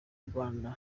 rwanda